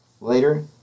Later